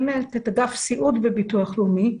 אני מנהלת את אגף סיעוד בביטוח לאומי.